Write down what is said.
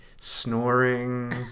snoring